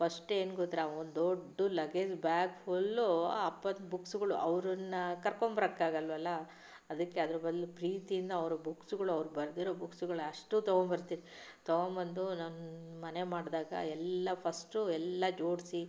ಫ಼ಷ್ಟೇನು ಗೊತ್ತಾ ಒಂದು ದೊಡ್ಡ ಲಗೇಜ್ ಬ್ಯಾಗ್ ಫ಼ುಲ್ ಅಪ್ಪನ ಬುಕ್ಸುಗಳು ಅವರನ್ನು ಕರ್ಕೊಂಬರಕ್ಕೆ ಆಗಲ್ಲವಲ್ಲ ಅದಕ್ಕೆ ಅದರ ಬದಲು ಪ್ರೀತಿಯಿಂದ ಅವರ ಬುಕ್ಸುಗಳು ಅವರು ಬರೆದಿರೋ ಬುಕ್ಸುಗಳು ಅಷ್ಟು ತಗೊಂಬರ್ತಿ ತಗೊಂಬಂದು ನನ್ನ ಮನೆ ಮಾಡಿದಾಗ ಎಲ್ಲಾ ಫ಼ಸ್ಟ್ ಎಲ್ಲಾ ಜೋಡಿಸಿ